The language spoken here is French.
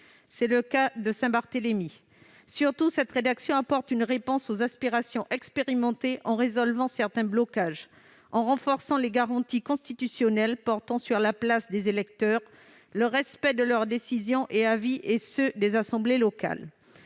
C'est le cas de Saint-Barthélemy. Surtout, cette rédaction vise à apporter une réponse aux aspirations expérimentées en résolvant certains blocages, en renforçant les garanties constitutionnelles portant sur la place des électeurs, le respect de leurs décisions et avis et ceux des assemblées locales.